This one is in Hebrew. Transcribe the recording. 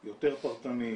יותר פרטני,